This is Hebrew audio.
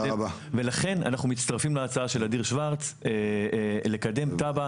ולכן אנחנו מצטרפים להצעה של אדיר שוורץ לקדם תב"ע